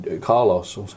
carlos